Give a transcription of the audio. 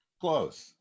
Close